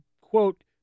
quote